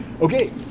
Okay